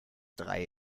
drei